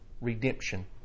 redemption